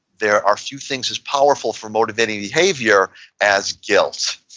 there are few things as powerful for motivating behavior as guilt.